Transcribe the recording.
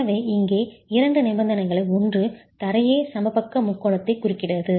எனவே இங்கே இரண்டு நிபந்தனைகள் ஒன்று தரையே சமபக்க முக்கோணத்தை குறுக்கிடுகிறது